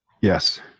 Yes